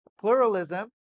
pluralism